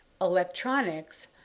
electronics